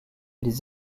les